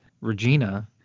Regina